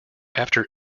after